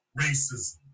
racism